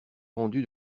rendu